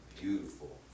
Beautiful